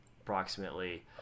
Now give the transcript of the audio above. approximately